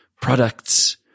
products